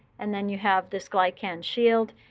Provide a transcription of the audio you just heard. and then you have this glycan shield.